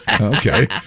Okay